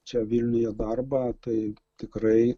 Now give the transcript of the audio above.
čia vilniuje darbą tai tikrai